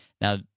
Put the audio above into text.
Now